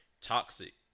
toxic